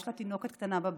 יש לה תינוקת קטנה בבית,